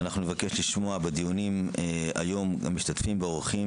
אנחנו נבקש לשמוע בדיונים היום משתתפים ואורחים